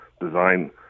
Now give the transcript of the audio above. design